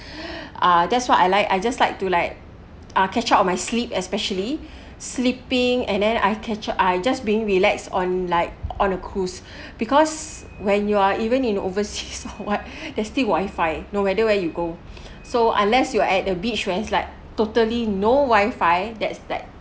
ah that's what I like I just like to like ah catch up with my sleep especially sleeping and then I catch up I just being relax on like on a cruise because when you are even in overseas so what there still wifi no matter where you go so unless you are at a beach when it's like totally no wifi that's that